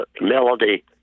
melody